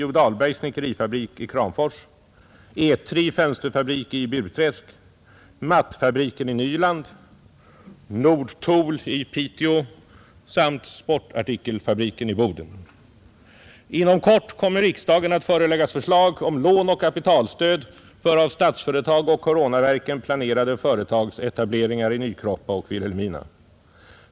O. Dahlbergs snickerifabrik i Kramfors, ETRI fönsterfabrik i Burträsk, mattfabriken i Nyland, Nordtool i Piteå samt sportartikelfabriken i Boden. Inom kort kommer riksdagen att föreläggas förslag om lån och kapitalstöd för av Statsföretag och Coronaverken planerade företagsetableringar i Nykroppa och Vilhelmina.